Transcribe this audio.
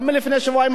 גם לפני שבועיים,